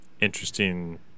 interesting